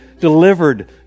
delivered